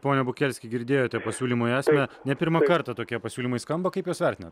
pone bukelskiui girdėjote pasiūlymo esmę ne pirmą kartą tokie pasiūlymai skamba kaip juos vertinat